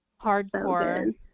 hardcore